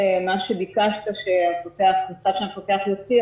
שמה שביקשת שהמפקח יוציא,